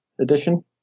edition